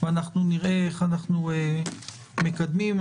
ונראה איך אנחנו מקדמים.